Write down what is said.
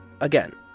Again